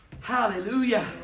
Hallelujah